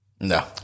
No